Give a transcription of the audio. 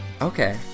Okay